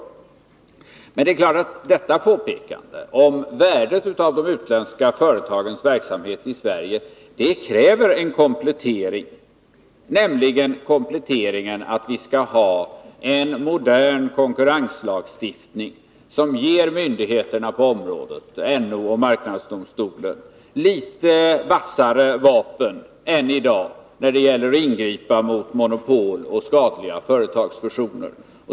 Nu är det klart att detta påpekande om värdet av det utländska företagens verksamhet i Sverige kräver en komplettering, nämligen den att vi skall ha en modern konkurrenslagstiftning, som ger myndigheterna på området — NO och marknadsdomstolen — litet vassare vapen än i dag när det gäller att ingripa mot monopol och skadliga företagsfusioner.